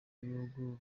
b’ibihugu